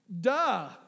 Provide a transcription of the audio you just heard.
Duh